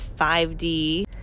5d